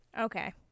Okay